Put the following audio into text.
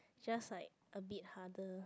just like a bit harder